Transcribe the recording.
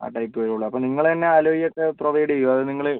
ആ ടൈപ്പേ വരുള്ളൂ അപ്പം നിങ്ങൾ തന്നെ അലോയി ഒക്കെ പ്രൊവൈഡ് ചെയ്യുമോ അതോ നിങ്ങൾ